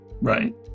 Right